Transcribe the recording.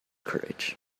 courage